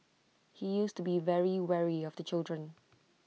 he used to be very wary of the children